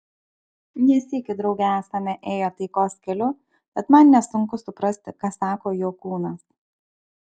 ne sykį drauge esame ėję taikos keliu tad man nesunku suprasti ką sako jo kūnas